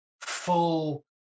full